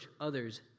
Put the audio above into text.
others